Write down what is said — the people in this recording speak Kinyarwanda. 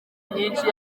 myinshi